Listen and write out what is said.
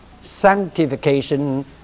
sanctification